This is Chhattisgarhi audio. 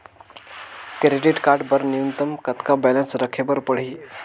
क्रेडिट कारड बर न्यूनतम कतका बैलेंस राखे बर पड़ही?